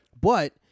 But-